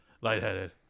lightheaded